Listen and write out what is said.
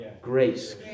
grace